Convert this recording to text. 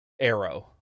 arrow